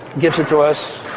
gives it to us,